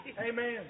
Amen